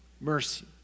Mercy